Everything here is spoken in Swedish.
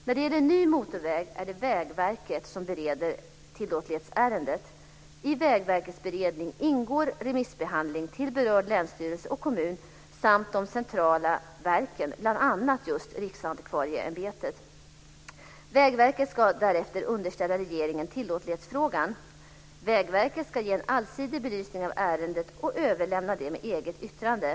När det gäller ny motorväg är det Vägverket som bereder tillåtlighetsärendet. I Vägverkets beredning ingår remissbehandling till berörd länsstyrelse och kommun samt de centrala verken, bl.a. Riksantikvarieämbetet. Vägverket ska därefter underställa regeringen tillåtlighetsfrågan. Vägverket ska ge en allsidig belysning av ärendet och överlämna det med eget yttrande.